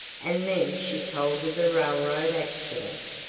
and then she told of the railroad accident.